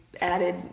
added